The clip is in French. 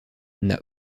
n’a